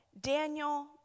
Daniel